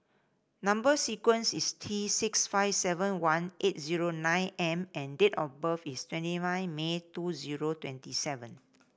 number sequence is T six five seven one eight zero nine M and date of birth is twenty five May two zero twenty seven